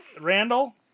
Randall